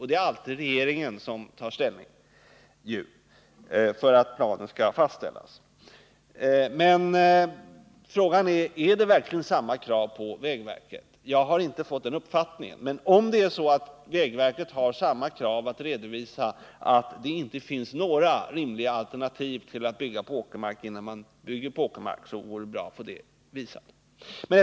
Det är alltid regeringen som tar ställning till planens fastställande. Men frågan är: Ställs det verkligen samma krav på vägverket? Jag har inte fått den uppfattningen. Men om vägverket har samma krav att redovisa att det inte finns några rimliga alternativ till att bygga på åkermark innan man gör det så vore det bra att få detta klargjort.